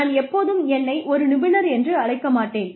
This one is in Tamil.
நான் எப்போதும் என்னை ஒரு நிபுணர் என்று அழைக்க மாட்டேன்